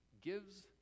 gives